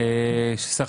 אילנות.